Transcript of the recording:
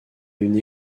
une